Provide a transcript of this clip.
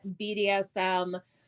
BDSM